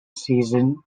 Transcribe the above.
season